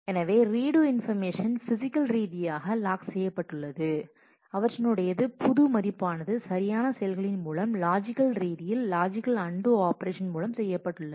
எனவே read information physical ரீதியாக lock செய்யப்பட்டுள்ளது அவற்றினுடைய புது மதிப்பானது சரியான செயல்களின் மூலம் லாஜிக்கல் ரீதியில் லாஜிக்கல் அன்டூ ஆப்ரேஷன் மூலம் செய்யப்பட்டுள்ளது